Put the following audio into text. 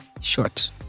short